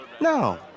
No